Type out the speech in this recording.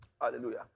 Hallelujah